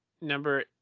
number